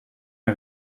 are